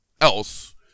else